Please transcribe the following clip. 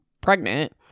pregnant